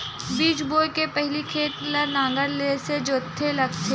बीज बोय के पहिली खेत ल नांगर से जोतेल लगथे?